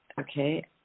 Okay